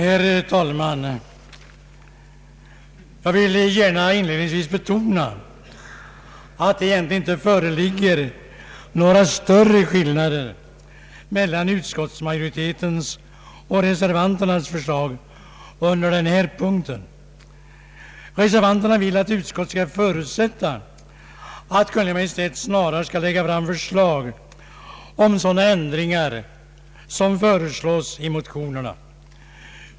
Herr talman! Jag vill i likhet med fröken Ljungberg klart deklarera, att skillnaden mellan reservanternas och utskottsmajoritetens förslag är minimal. Reservanterna vill att utskottet skall förutsätta att Kungl. Maj:t snarast framlägger förslag om sådana ändringar som föreslås i motionerna.